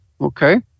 okay